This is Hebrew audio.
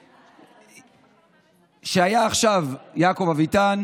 עם איבוד הזהות היהודית של